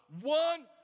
One